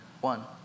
one